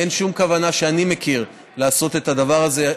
אין שום כוונה שאני מכיר לעשות את הדבר הזה.